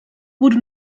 wurde